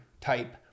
type